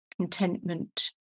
contentment